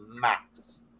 max